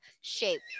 shape